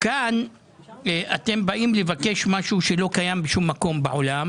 כאן אתם באים לבקש משהו שלא קיים בשום מקום בעולם